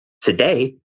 today